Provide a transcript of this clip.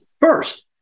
First